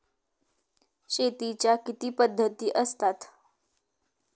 शेतीच्या किती पद्धती असतात?